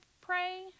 pray